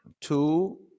Two